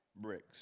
bricks